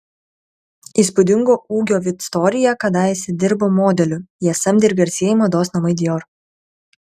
įspūdingo ūgio victoria kadaise dirbo modeliu ją samdė ir garsieji mados namai dior